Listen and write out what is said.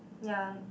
ya